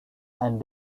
and